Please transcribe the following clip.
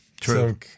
true